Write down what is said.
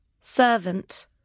servant